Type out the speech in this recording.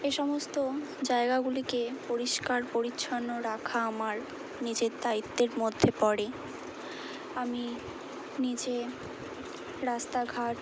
এ সমস্ত জায়গাগুলিকে পরিষ্কার পরিচ্ছন্ন রাখা আমার নিজের দায়িত্বের মধ্যে পড়ে আমি নিজে রাস্তাঘাট